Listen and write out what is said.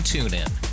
TuneIn